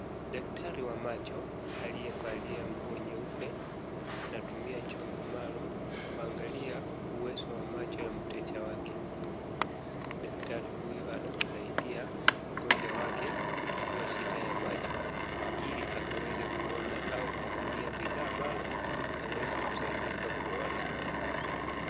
Daktari wa macho, aliyevalia nguo nyeupe, anatumia chombo maalum kuangalia uwezo wa macho ya mteja wake. Daktari huyu anamsaidia mgonjwa wake, kutatua shida ya macho ili akaweze kuona au kutumia bidhaa maalum akaweza kusaidika kuona.